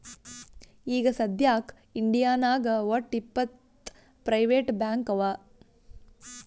ಈಗ ಸದ್ಯಾಕ್ ಇಂಡಿಯಾನಾಗ್ ವಟ್ಟ್ ಇಪ್ಪತ್ ಪ್ರೈವೇಟ್ ಬ್ಯಾಂಕ್ ಅವಾ